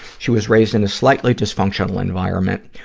she was raised in a slightly dysfunctional environment.